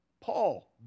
Paul